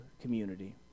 community